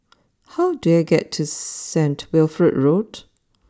how do I get to Saint Wilfred Road